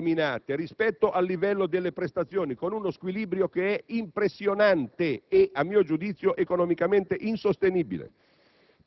sottodeterminate rispetto al livello delle prestazioni, con uno squilibrio impressionante e a mio giudizio economicamente insostenibile;